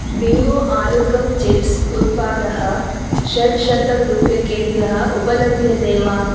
bingo आलुकं chips उत्पादः षट्शतं रूप्यकेभ्यः उपलभ्यते वा